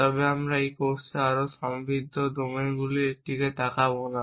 তবে আমরা এই কোর্সে এই সমৃদ্ধ ডোমেনগুলির দিকে তাকাব না